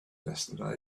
yesterday